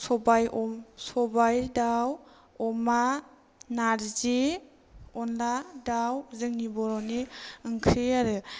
सबाइ सबाइ दाव अमा नारजि अनला दाव जोंनि बर'नि ओंख्रि आरो